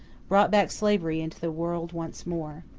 brought back slavery into the world once more.